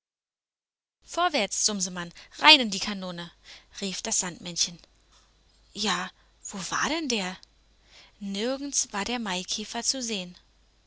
vorwärts sumsemann rein in die kanone rief das sandmännchen ja wo war denn der nirgends war der maikäfer zu sehen